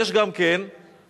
יש גם כן חובות.